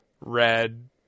red